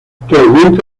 actualmente